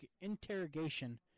interrogation